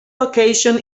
location